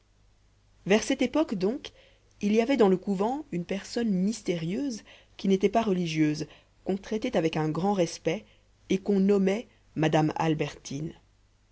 vers cette époque donc il y avait dans le couvent une personne mystérieuse qui n'était pas religieuse qu'on traitait avec grand respect et qu'on nommait madame albertine